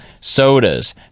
sodas